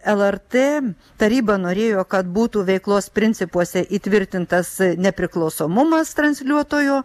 lrt taryba norėjo kad būtų veiklos principuose įtvirtintas nepriklausomumas transliuotojo